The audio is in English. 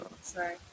Sorry